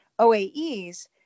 OAEs